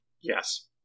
Yes